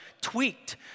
tweaked